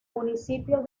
municipio